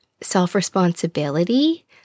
self-responsibility